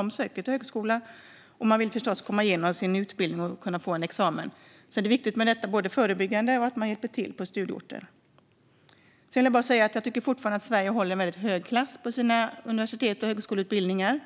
De ansöker till högskola och vill förstås komma igenom sin utbildning och få examen. Det är viktigt med både förebyggande arbete och hjälp på studieorter. Jag tycker fortfarande att Sverige håller en väldigt hög klass på sina universitets och högskoleutbildningar.